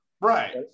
Right